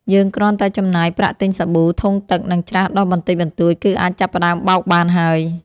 យើងគ្រាន់តែចំណាយប្រាក់ទិញសាប៊ូ ធុងទឹក និងច្រាសដុសបន្តិចបន្តួច គឺអាចចាប់ផ្តើមបោកបានហើយ។